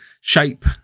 shape